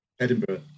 Edinburgh